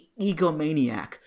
egomaniac